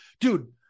dude